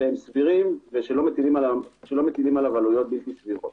שהם סבירים ושלא מטילים עליו עלויות בלתי סבירות,